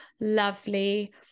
lovely